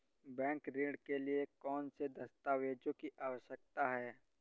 Bank ऋण के लिए कौन से दस्तावेजों की आवश्यकता है?